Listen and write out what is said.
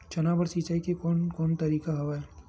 चना बर सिंचाई के कोन कोन तरीका हवय?